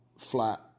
flat